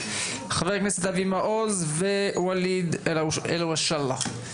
חבר הכנסת אבי מעוז וואליד אלהואשלה.